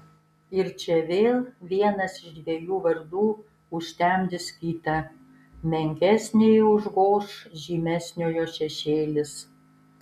ir čia vėl vienas iš dviejų vardų užtemdys kitą menkesnįjį užgoš žymesniojo šešėlis